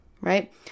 right